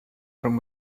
from